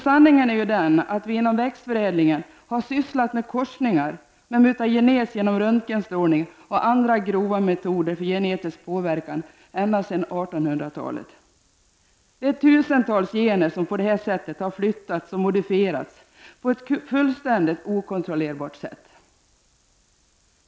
Sanningen är ju den, att vi inom t.ex. växtförädlingen har sysslat med korsningar, med mutagenes genom röntgenstrålning och andra grova metoder för genetisk påverkan ända sedan 1800-talet. Tusentals gener har på det sättet flyttats och modifierats på ett fullständigt okontrollerbart sätt.